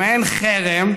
במעין חרם,